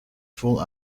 full